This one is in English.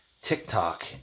TikTok